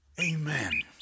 Amen